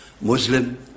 Muslim